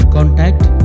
Contact